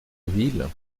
ville